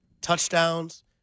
touchdowns